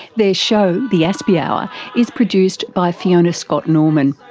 their show the aspie hour is produced by fiona scott-norman.